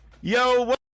yo